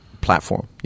platform